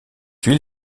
huile